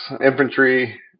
infantry